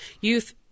youth